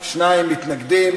מתנגדים.